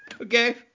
okay